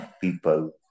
people